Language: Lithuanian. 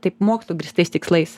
taip mokslu grįstais tikslais